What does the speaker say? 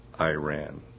Iran